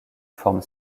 forme